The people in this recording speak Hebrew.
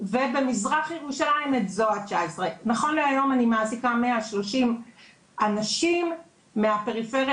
ובמזרח ירושלים את זוהא 19. נכון להיום אני מעסיקה 130 אנשים מהפריפריה